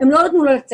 הם לא נתנו לו לצאת.